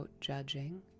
judging